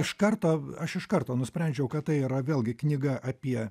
iš karto aš iš karto nusprendžiau kad tai yra vėlgi knyga apie